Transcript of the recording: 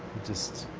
just